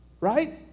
Right